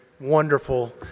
Wonderful